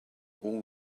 all